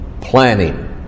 planning